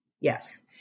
Yes